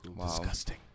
Disgusting